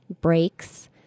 breaks